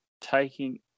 taking